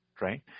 right